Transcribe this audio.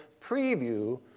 preview